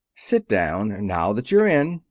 sit down now that you're in.